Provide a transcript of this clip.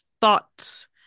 thoughts